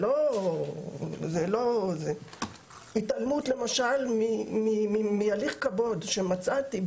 יש למשל התעלמות מהליך קבו"ד שמצאתי,